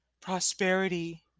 prosperity